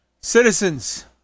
citizens